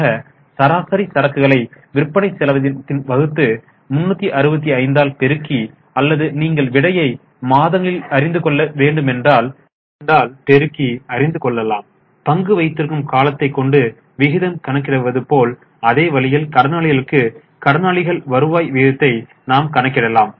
ஆக சராசரி சரக்குகளை விற்பனை செலவினத்தில் வகுத்து 365 ஆல் பெருக்கி அல்லது நீங்கள் விடையை மாதங்களில் அறிந்து கொள்ள வேண்டுமென்றால் 12 ஆல் பெருக்கி அறிந்து கொள்ளலாம் பங்கு வைத்திருக்கும் காலத்தை கொண்டு விகிதம் கணக்கிடுவது போல் அதே வழியில் கடனாளிகளுக்கு கடனாளிகள் வருவாய் விகிதத்தை நாம் கணக்கிடலாம்